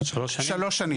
אבל שלוש שנים?